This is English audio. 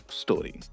story